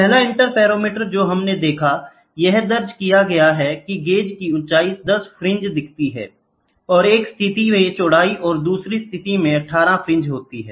पहला इंटरफेरोमीटर जो हमने देखा यह दर्ज किया गया है कि गेज की ऊंचाई 10 फ्रिंज दिखाती है और एक स्थिति में चौड़ाई और दूसरी स्थिति में 18 फ्रिंज होते हैं